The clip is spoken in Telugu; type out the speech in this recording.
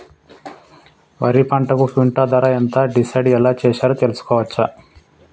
వరి పంటకు క్వింటా ధర ఎంత డిసైడ్ ఎలా చేశారు తెలుసుకోవచ్చా?